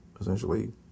essentially